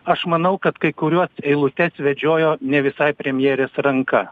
aš manau kad kai kuriuos eilutes vedžiojo ne visai premjerės ranka